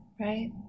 Right